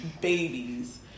babies